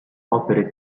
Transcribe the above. opere